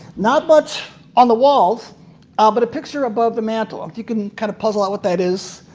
not much on the walls ah but a picture above the mantel. if you can kind of puzzle out what that is,